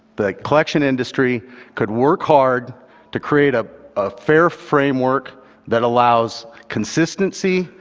the collection industry could work hard to create ah a fair framework that allows consistency,